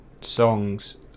songs